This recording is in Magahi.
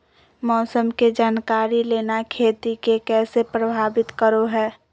मौसम के जानकारी लेना खेती के कैसे प्रभावित करो है?